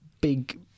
big